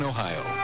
Ohio